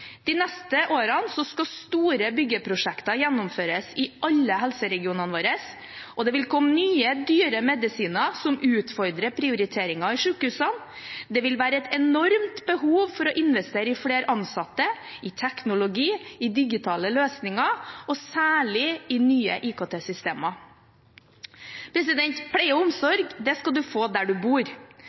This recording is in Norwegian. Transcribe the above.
De neste årene skal store byggeprosjekter gjennomføres i alle helseregionene våre, og det vil komme nye, dyre medisiner som utfordrer prioriteringer i sykehusene. Det vil være et enormt behov for å investere i flere ansatte, i teknologi, i digitale løsninger og særlig i nye IKT-systemer. Pleie og omsorg skal en få der en bor.